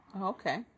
Okay